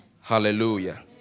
Hallelujah